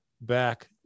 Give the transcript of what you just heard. back